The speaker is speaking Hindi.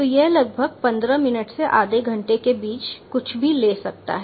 तो यह लगभग 15 मिनट से आधे घंटे के बीच कुछ भी ले सकता है